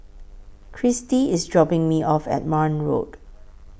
Cristy IS dropping Me off At Marne Road